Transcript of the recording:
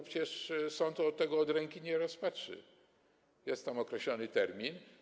Przecież sąd tego od ręki nie rozpatrzy, jest tam określony termin.